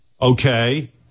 Okay